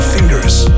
Fingers